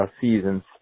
seasons